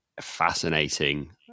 fascinating